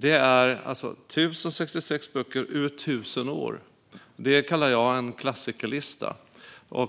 Det är alltså 1 066 böcker ur tusen år av litteratur. Det kallar jag en klassikerlista!